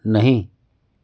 नहीं